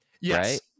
Yes